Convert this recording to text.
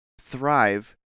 thrive